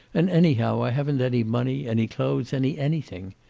and, anyhow, i haven't any money, any clothes, any anything.